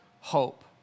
hope